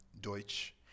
Deutsch